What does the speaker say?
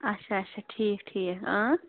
اَچھا اَچھا ٹھیٖک ٹھیٖک